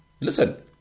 listen